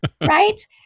right